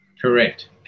Correct